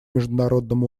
международном